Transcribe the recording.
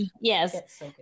yes